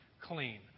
clean